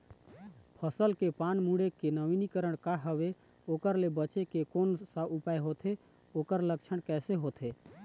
फसल के पान मुड़े के नवीनीकरण का हवे ओकर ले बचे के कोन सा उपाय होथे ओकर लक्षण कैसे होथे?